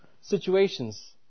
situations